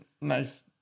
nice